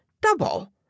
Double